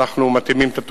אנחנו מתאימים את התוכניות,